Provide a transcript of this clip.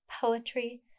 poetry